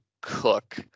cook